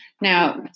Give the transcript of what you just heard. now